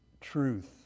truth